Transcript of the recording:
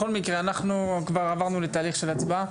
בכל מקרה, אנחנו כבר עברנו לתהליך של הצבעה.